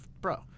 Bro